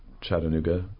Chattanooga